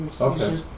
Okay